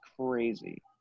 crazy